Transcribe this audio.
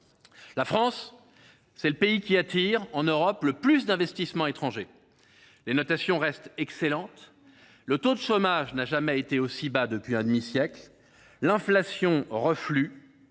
La France, c’est le pays qui attire en Europe le plus d’investissements étrangers. Les notations restent excellentes. Le taux de chômage n’a jamais été aussi bas depuis un demi siècle. L’inflation reflue,